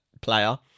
player